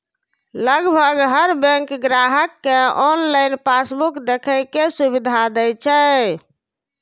लगभग हर बैंक ग्राहक कें ऑनलाइन पासबुक देखै के सुविधा दै छै